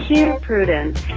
here, prudence.